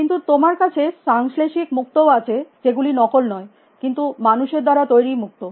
কিন্তু তোমার কাছে সাংশ্লেষিক মুক্তোও আছে যেগুলি নকল নয় কিন্তু মানুষের দ্বারা তৈরী মুক্ত